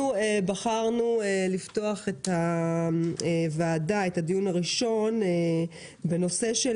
בחרנו לפתוח את הדיון הראשון בנושא של